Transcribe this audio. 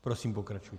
Prosím, pokračujte.